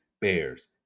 Bears